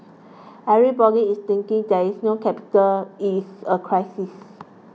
everybody is thinking there is no capital is a crisis